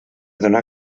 donar